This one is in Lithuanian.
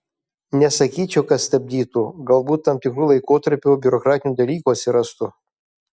nesakyčiau kad stabdytų galbūt tam tikru laikotarpiu biurokratinių dalykų atsirastų